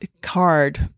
card